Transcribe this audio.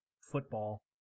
football